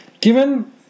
given